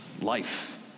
life